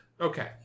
Okay